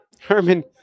Herman